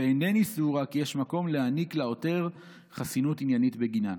ואינני סבורה כי יש מקום להעניק לעותר חסינות עניינית בגינה'.